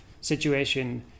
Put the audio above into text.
situation